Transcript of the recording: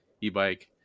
e-bike